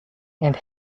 and